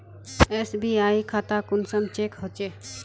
SBI खाता कुंसम check होचे?